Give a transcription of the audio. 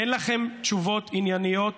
אין לכם תשובות ענייניות,